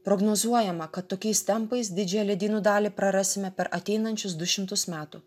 prognozuojama kad tokiais tempais didžią ledynų dalį prarasime per ateinančius du šimtus metų